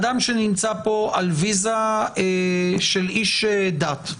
אדם שנמצא כאן באשרה של איש דת,